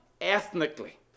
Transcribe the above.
ethnically